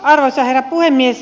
arvoisa herra puhemies